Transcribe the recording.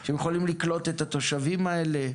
שהם יכולים לקלוט את התושבים האלה?